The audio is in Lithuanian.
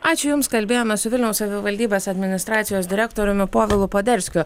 ačiū jums kalbėjomės su vilniaus savivaldybės administracijos direktoriumi povilu poderskiu